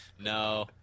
No